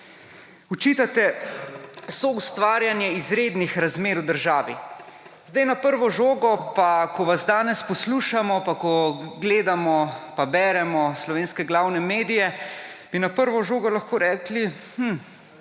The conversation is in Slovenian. Očitate soustvarjanje izrednih razmer v državi. Na prvo žogo, ko vas danes poslušamo, ko gledamo pa beremo slovenske glavne medije, bi na prvo žogo lahko rekli